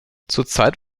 zurzeit